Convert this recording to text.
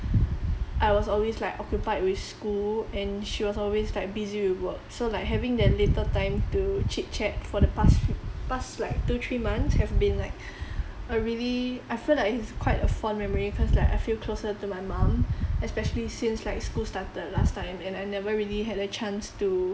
I was always like occupied with school and she was always like busy with work so like having that little time to chit chat for the past f~ past like two three months have been like a really I feel like it's quite a fond memory cause like I feel closer to my mum especially since like school started last time and I never really had the chance to